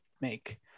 make